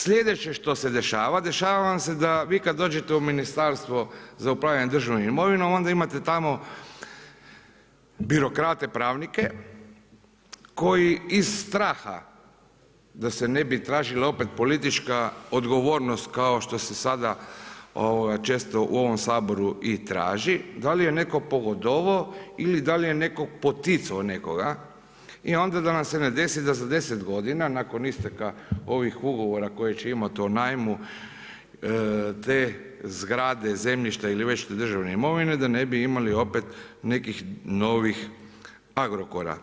Slijedeće što se dešava, dešava vam se da vi kad dođete u Ministarstvo za upravljanje državnom imovinom, onda imate tamo birokrate, pravnike koji iz straha da se ne bi tražila opet politička odgovornost kao što se sada često u ovom Saboru i traži, da li je netko pogodovao ili da li je netko poticao nekoga i onda da nam se ne desi za 10 godina nakon isteka ovih ugovora koje će imati o najmu te zgrade, zemljišta ili već što državne imovine, da ne bi imali opet nekih novih Agrokora.